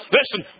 Listen